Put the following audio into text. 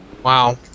Wow